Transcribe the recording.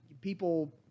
people